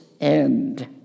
end